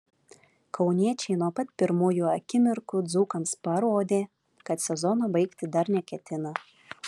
kauniečiai nuo pat pirmųjų akimirkų dzūkams parodė kad sezono baigti dar neketina